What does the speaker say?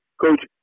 coach